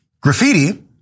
Graffiti